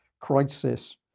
crisis